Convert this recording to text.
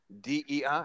DEI